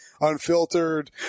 unfiltered